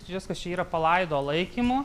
viskas čia yra palaido laikymo